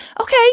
Okay